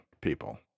people